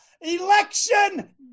Election